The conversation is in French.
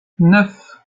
neuf